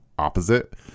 opposite